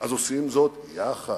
אז עושים זאת יחד.